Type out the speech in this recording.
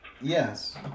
Yes